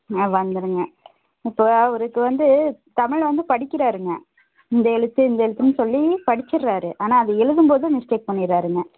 ஆ வந்துடுங்க இப்போ அவருக்கு வந்து தமிழ் வந்து படிக்கிறாருங்க இந்த எழுத்து இந்த எழுத்துன்னு சொல்லி படிச்சிடுறாரு ஆனால் அதை எழுதும்போது மிஸ்டேக் பண்ணிடுறாருங்க